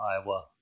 Iowa